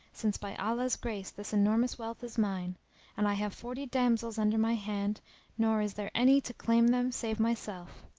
since by allah's grace this enormous wealth is mine and i have forty damsels under my hand nor is there any to claim them save myself.